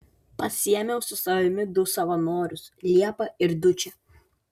pasiėmiau su savimi du savanorius liepą ir dučę